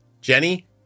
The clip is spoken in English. Jenny